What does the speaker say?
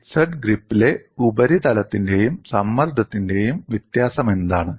fixed ഗ്രിപ്പിലെ ഉപരിതലത്തിന്റെയും സമ്മർദ്ദത്തിന്റെയും വ്യത്യാസമെന്താണ്